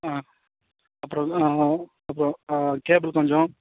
ஆ அப்புறம் வந்து அப்புறம் கேபிள் கொஞ்சம்